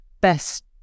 best